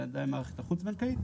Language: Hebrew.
אלא על ידי המערכת החוץ בנקאית.